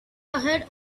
ahead